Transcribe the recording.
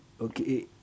okay